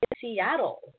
Seattle